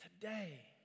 today